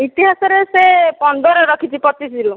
ଇତିହାସରେ ସେ ପନ୍ଦର ରଖିଛି ପଚିଶିରୁ